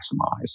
maximize